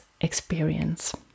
experience